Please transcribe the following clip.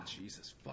Jesus